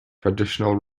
traditional